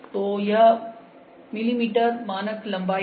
तो यह L मिमी में मानक लंबाई है